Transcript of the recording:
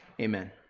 Amen